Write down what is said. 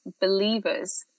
believers